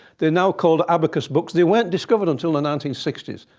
they're now called abacus books. they weren't discovered until the nineteen sixty s,